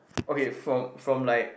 okay from from like